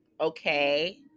Okay